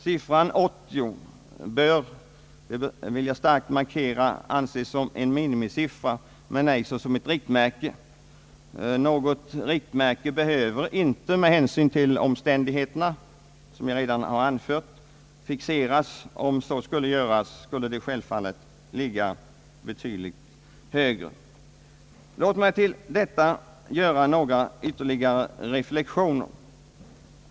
Siffran 80 bör — det vill jag starkt markera — anses såsom en minimisiffra och ej såsom ett riktmärke. Med hänsyn till omständigheterna behöver, som jag redan har anfört, något riktmärke inte fixeras. Om så skulle göras, måste det självfallet ligga betydligt högre. Låt mig till detta göra ytterligare några reflexioner.